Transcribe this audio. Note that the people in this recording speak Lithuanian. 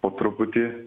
po truputį